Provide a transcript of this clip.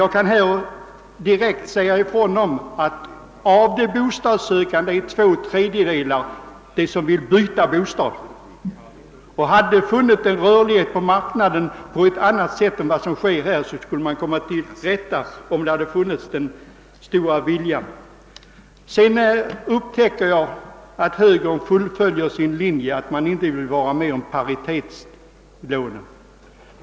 Jag kan tala om att de bostadssökande till två tredjedelar består av sådana som vill byta bostad. Om det hade funnits en rörlighet på marknaden på annat sätt än vad som nu är fallet, hade man kunnat ordna saken mera tillfredsställande. Högern fullföljer sin linje att inte vilja vara med om paritetslånen.